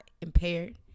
impaired